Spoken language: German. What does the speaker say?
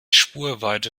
spurweite